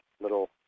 little